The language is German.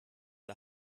der